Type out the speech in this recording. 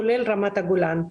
כולל רמת הגולן.